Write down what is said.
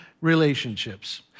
relationships